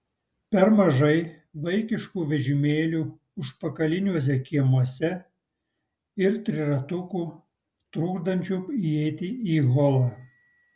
per mažai vaikiškų vežimėlių užpakaliniuose kiemuose ir triratukų trukdančių įeiti į holą